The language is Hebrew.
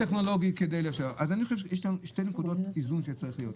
יש שתי נקודות איזון שצריכות להיות פה.